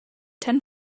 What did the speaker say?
ten